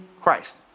Christ